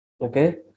Okay